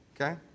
Okay